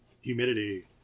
humidity